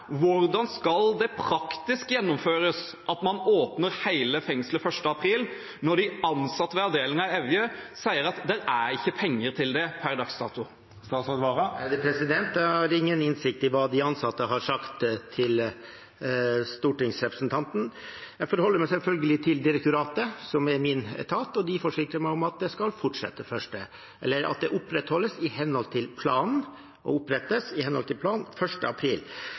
Hvordan skal det praktisk gjennomføres at man åpner hele fengselet 1. april, når de ansatte ved avdelingen i Evje sier at det ikke er penger til det per dags dato? Jeg har ingen innsikt i hva de ansatte har sagt til stortingsrepresentanten. Jeg forholder meg selvfølgelig til direktoratet, som er min etat, og de forsikrer meg om at datoen 1. april opprettholdes i henhold til planen.